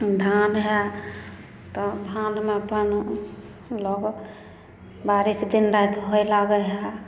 धान हइ तऽ धानमे पानि लागल बारिश दिन राति होय लागै हइ